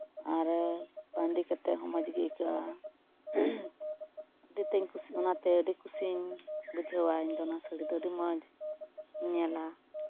ᱟᱨ ᱵᱟᱸᱫᱮ ᱠᱟᱛᱮ ᱦᱚᱸ ᱢᱚᱡᱽ ᱜᱮ ᱟᱹᱭᱠᱟᱹᱜᱼᱟ ᱟᱹᱰᱤ ᱛᱮᱫ ᱠᱩᱥᱤᱧ ᱚᱱᱟᱛᱮ ᱟᱹᱰᱤ ᱠᱩᱥᱤᱧ ᱵᱩᱡᱷᱟᱹᱣᱟ ᱤᱧ ᱫᱚ ᱱᱚᱣᱟ ᱫᱚ ᱟᱹᱰᱤ ᱢᱚᱡᱽ ᱧᱮᱞᱟ